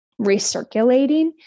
recirculating